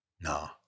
no